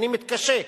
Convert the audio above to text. אני מתקשה.